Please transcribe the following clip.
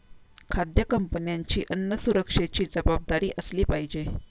खाद्य कंपन्यांची अन्न सुरक्षेची जबाबदारी असली पाहिजे